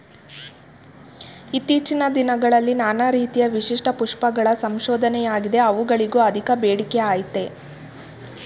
ಇತ್ತೀಚಿನ ದಿನದಲ್ಲಿ ನಾನಾ ರೀತಿ ವಿಶಿಷ್ಟ ಪುಷ್ಪಗಳ ಸಂಶೋಧನೆಯಾಗಿದೆ ಅವುಗಳಿಗೂ ಅಧಿಕ ಬೇಡಿಕೆಅಯ್ತೆ